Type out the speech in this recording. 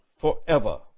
forever